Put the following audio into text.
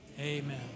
amen